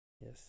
Yes